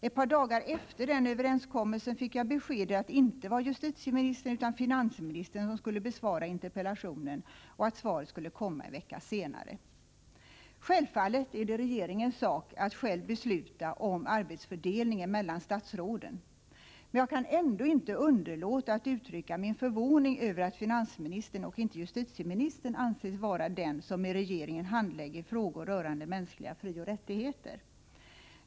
Ett par dagar efter den överenskommelsen fick jag beskedet att det inte var justitieministern utan finansministern som skulle besvara interpellationen och att svaret skulle komma en vecka senare. Självfallet är det regeringens sak att själv besluta om arbetsfördelningen mellan statsråden, men jag kan ändå inte underlåta att uttrycka min förvåning över att finansministern och inte justitieministern anses vara den som i regeringen handlägger frågor rörande mänskliga frioch rättigheter.